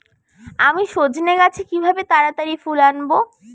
আমি সজনে গাছে কিভাবে তাড়াতাড়ি ফুল আনব?